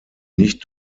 nicht